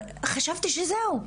חשבתי שזהו,